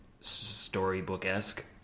storybook-esque